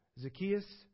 Zacchaeus